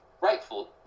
rightful